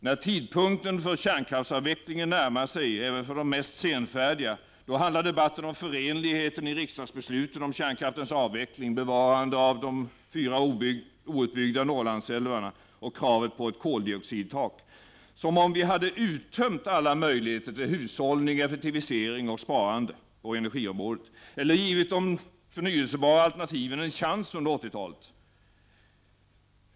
När tidpunkten för kärnkraftsavvecklingen närmar sig, även för de mest senfärdiga, då handlar debatten om förenligheten i riksdagsbesluten om kärnkraftens avveckling, bevarande av de fyra outbyggda Norrlandsälvarna och kravet på ett koldioxidtak. Som om vi hade uttömt alla möjligheter till hushållning, sparande och effektivisering på energiområdet eller givit de förnyelsebara alternativen en chans under 80-talet!